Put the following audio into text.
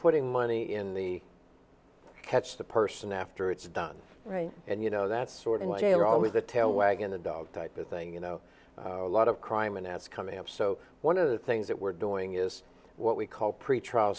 putting money in the catch the person after it's done right and you know that's sort of are always the tail wagging the dog type of thing you know a lot of crime and as coming up so one of the things that we're doing is what we call pretrial